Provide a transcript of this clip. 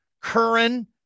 Curran